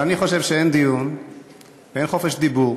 אבל אני חושב שאין דיון ואין חופש דיבור